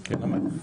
לנמק.